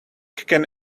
can